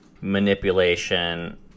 manipulation